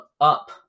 up